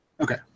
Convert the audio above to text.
Okay